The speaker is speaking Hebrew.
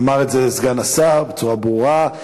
אמר את זה סגן השר בצורה ברורה.